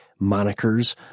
monikers